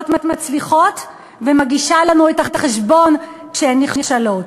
מצליחות ומגישה לנו את החשבון כשהן נכשלות.